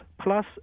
plus